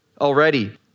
already